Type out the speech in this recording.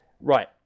Right